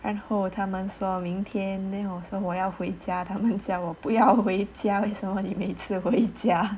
然后他们说明天 then 我说我要回家他们叫我不要回家为什么你每次回家